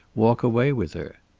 walk away with her.